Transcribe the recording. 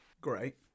Great